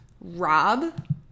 Rob